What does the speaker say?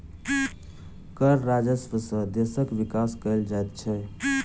कर राजस्व सॅ देशक विकास कयल जाइत छै